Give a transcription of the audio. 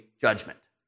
judgment